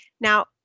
Now